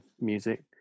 music